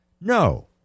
No